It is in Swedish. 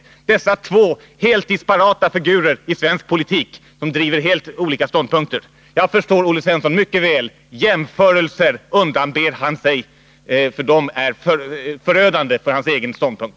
Det är två helt disparata figurer i svensk politik. De driver helt olika ståndpunkter. Jag förstår Olle Svensson mycket väl. Jämförelser undanber han sig, för de är förödande för hans egen ståndpunkt.